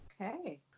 Okay